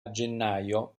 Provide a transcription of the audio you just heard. gennaio